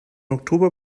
oktober